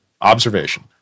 Observation